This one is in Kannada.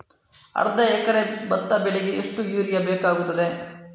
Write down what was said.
ಅರ್ಧ ಎಕರೆ ಭತ್ತ ಬೆಳೆಗೆ ಎಷ್ಟು ಯೂರಿಯಾ ಬೇಕಾಗುತ್ತದೆ?